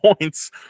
points